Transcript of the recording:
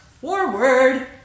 forward